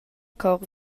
chor